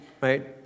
right